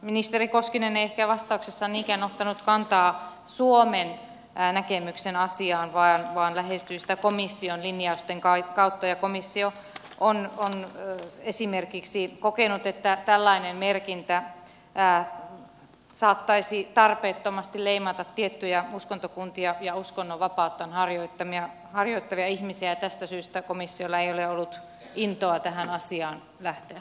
ministeri koskinen ei ehkä vastauksessaan niinkään ottanut kantaa suomen näkemykseen asiasta vaan lähestyi sitä komission linjausten kautta ja komissio on esimerkiksi kokenut että tällainen merkintä saattaisi tarpeettomasti leimata tiettyjä uskontokuntia ja uskonnonvapauttaan harjoittavia ihmisiä ja tästä syystä komissiolla ei ole ollut intoa tähän asiaan lähteä